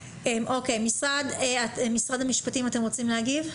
משרד המשפטים, אתם רוצים להגיב?